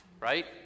right